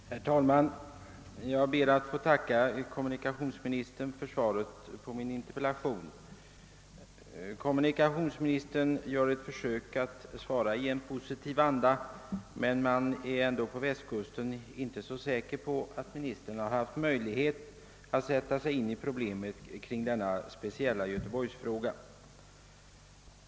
Herr talman! Jag ber att få tacka kommunikationsministern för svaret på min interpellation. Kommunikationsministern gör ett försök att svara i positiv anda, men på västkusten är man inte säker på att statsrådet har haft möjlighet att sätta sig in i problemen kring denna speciella göteborgsfråga.